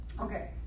Okay